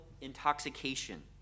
intoxication